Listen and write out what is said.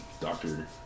doctor